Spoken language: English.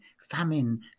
famine